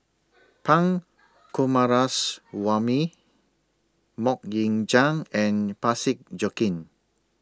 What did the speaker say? Pun Coomaraswamy Mok Ying Jang and Parsick Joaquim